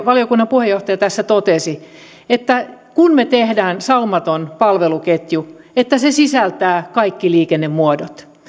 valiokunnan puheenjohtaja tässä totesi että kun me teemme saumattoman palveluketjun se sisältää kaikki liikennemuodot